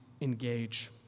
engage